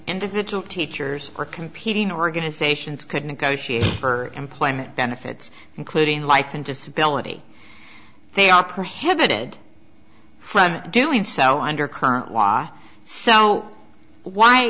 individual teachers are competing organizations could negotiate for employment benefits including life and disability they are prohibited from doing so under current law so why